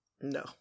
No